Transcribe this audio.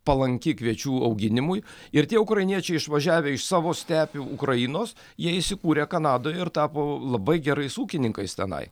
palanki kviečių auginimui ir tie ukrainiečiai išvažiavę iš savo stepių ukrainos jie įsikūrė kanadoje ir tapo labai gerais ūkininkais tenai